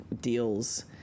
deals